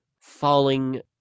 falling